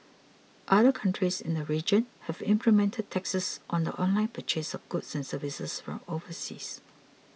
other countries in the region have implemented taxes on the online purchase of goods and services from overseas